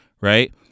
right